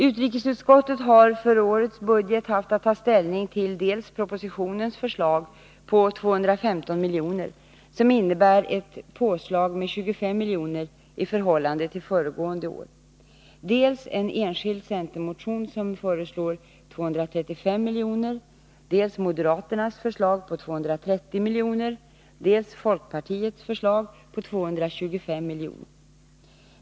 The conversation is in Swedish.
Utrikesutskottet har för årets budget haft att ta ställning till dels propositionens förslag på 215 milj.kr. som innebär ett påslag med 25 miljoner i förhållande till föregående år, dels en enskild centermotion där det föreslås 235 miljoner, dels moderaternas förslag på 230 miljoner, dels folkpartiets förslag på 225 miljoner.